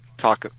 talk